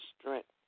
strength